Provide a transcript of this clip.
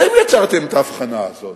אתם יצרתם את ההבחנה הזאת.